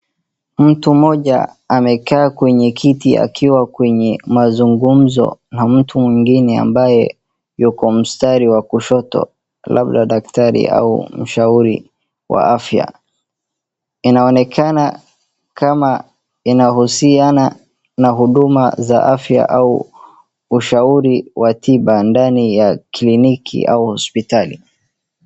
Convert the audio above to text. Mtu mmoja amekaa kwenye kiti akiwa kwenye mazungumzo na mtu mwingine yuko mstari wa kushoto labda daktari au mshauri wa afya. Inaonekana kama inahusiana na huduma za afya au ushauri wa tiba ndani ya kliniki au hospitali.